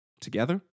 together